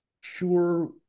sure